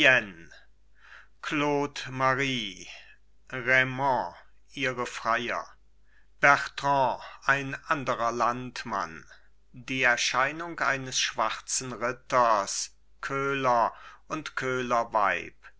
claude marie raimond ihre freier bertrand ein anderer landmann die erscheinung eines schwarzen ritters köhler und